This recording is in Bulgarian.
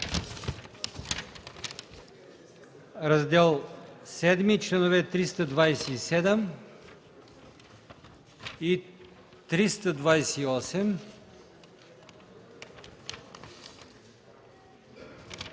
Раздел VІ, членове 325 и 326?